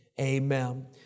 Amen